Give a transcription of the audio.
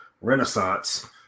renaissance